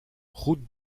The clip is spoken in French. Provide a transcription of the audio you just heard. route